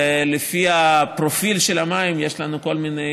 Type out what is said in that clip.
ולפי הפרופיל של המים יש לנו כל מיני